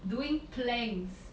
doing planks